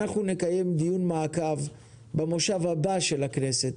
אנחנו נקיים דיון מעקב במושב הבא של הכנסת,